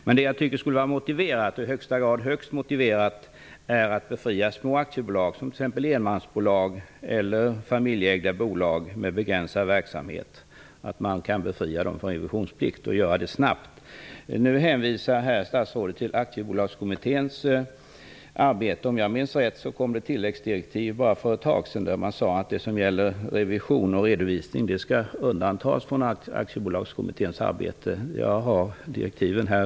Men jag tycker att det skulle vara i högsta grad motiverat att befria små aktiebolag, t.ex. enmansbolag eller familjeägda bolag med begränsad verksamhet, från revisionsplikt -- och göra detta snabbt Statsrådet hänvisar till Aktiebolagskommitténs arbete. Om jag minns rätt fick kommittén tilläggsdirektiv för bara ett tag sedan, vari sades att det som gäller revision och redovisning skall undantas från kommitténs arbete. Jag har tilläggsdirektiven här.